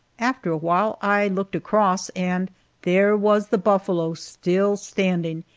after a while i looked across, and there was the buffalo still standing,